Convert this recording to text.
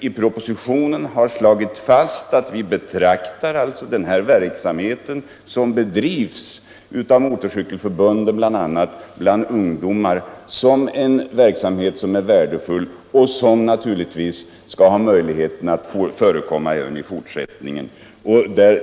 I propositionen har jag särskilt slagit fast att vi betraktar den verksamhet som motororganisationerna bedriver bland ungdomar som värdefull och att den naturligtvis skall kunna förekomma även i fortsättningen.